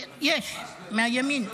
לא יכול להיות, ממש להיות --- כן, יש, מהימין.